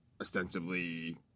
ostensibly